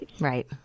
right